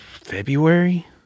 February